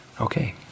Okay